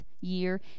year